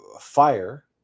fire